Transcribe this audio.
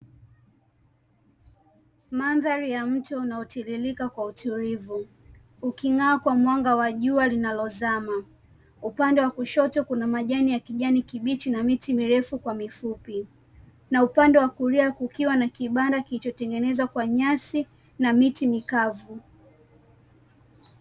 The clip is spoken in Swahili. Mandhari ya mto unaotiririka kwa utulivu ukiking'aa kwa mwanga wa jua linalozama, upande wa kushoto kuna majani ya kijani kibichi na miti mirefu kwa mifupi, na upande wa kulia kukiwa na kibanda kilichotengenezwa kwa nyasi na miti mikavu